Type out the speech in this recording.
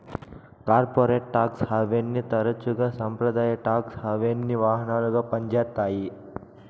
corporate tax హావెన్ని తరచుగా సంప్రదాయ టాక్స్ హావెన్కి వాహనాలుగా పంజేత్తాయి